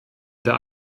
der